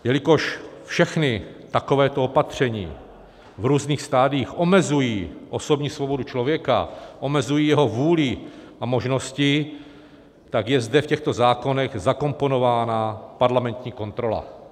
Jelikož všechna takováto opatření v různých stadiích omezují osobní svobodu člověka, omezují jeho vůli a možnosti, tak je zde v těchto zákonech zakomponována parlamentní kontrola.